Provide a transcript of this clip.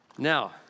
Now